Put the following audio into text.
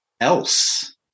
else